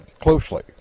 closely